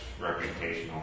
reputational